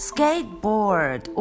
Skateboard